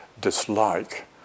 dislike